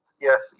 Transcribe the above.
yes